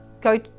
go